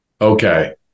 Okay